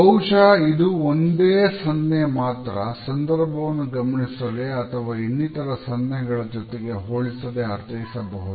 ಬಹುಶಃ ಇದು ಒಂದೇ ಸನ್ನೆ ಮಾತ್ರ ಸಂದರ್ಭವನ್ನು ಗಮನಿಸದೆ ಅಥವಾ ಇನ್ನಿತರ ಸನ್ನೆ ಗಳ ಜೊತೆಗೆ ಹೋಲಿಸದೇ ಅರ್ಥೈಸಬಹುದು